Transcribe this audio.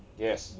yes